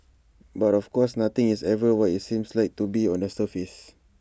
but of course nothing is ever what IT seems like to be on the surface